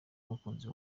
umukunzi